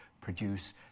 produce